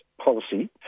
policy